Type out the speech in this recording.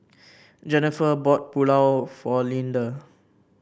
Jenifer bought Pulao for Leander